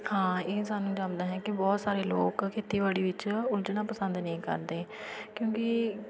ਹਾਂ ਇਹ ਸਾਨੂੰ ਲੱਗਦਾ ਹੈ ਕਿ ਬਹੁਤ ਸਾਰੇ ਲੋਕ ਖੇਤੀਬਾੜੀ ਵਿੱਚ ਉਲਝਣਾ ਪਸੰਦ ਨਹੀਂ ਕਰਦੇ ਕਿਉਂਕਿ